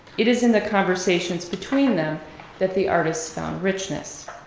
it is in the conversations between them that the artist found richness.